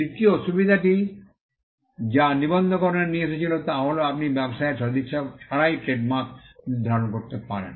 তৃতীয় সুবিধাটি যা নিবন্ধকরণে নিয়ে এসেছিল তা হল আপনি ব্যবসায়ের সদিচ্ছা ছাড়াই ট্রেডমার্ক নির্ধারণ করতে পারেন